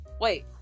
Wait